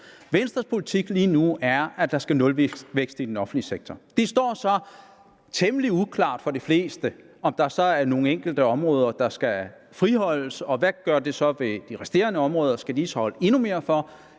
Venstres politik lige nu er, at der skal være nulvækst i den offentlige sektor. Det står så temmelig uklart for de fleste, om der så er nogle enkelte områder, der skal friholdes, og hvad det så gør ved de resterende områder. Skal de så holde endnu mere for,